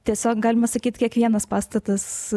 tiesiog galima sakyt kiekvienas pastatas